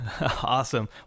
awesome